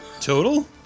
Total